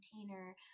container